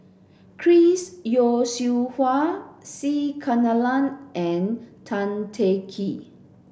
Chris Yeo Siew Hua C Kunalan and Tan Teng Kee